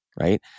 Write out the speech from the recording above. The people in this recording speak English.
right